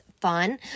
fun